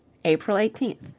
april eighteenth.